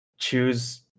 choose